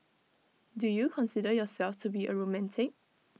do you consider yourself to be A romantic